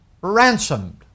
ransomed